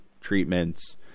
treatments